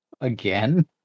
Again